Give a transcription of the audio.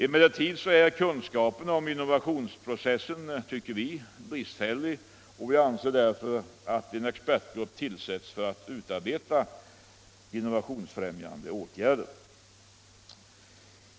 Emellertid är kunskapen om innovationsprocessen bristfällig, och vi anser därför att en expertgrupp bör tillsättas för att utarbeta innovationsfrämjande åtgärder.